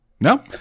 No